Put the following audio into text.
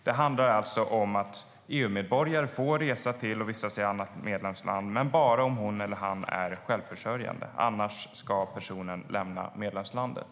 Det handlar alltså om att EU-medborgare får resa till och vistas i ett annat medlemsland, men bara om hon eller han är självförsörjande. Annars ska personen lämna medlemslandet.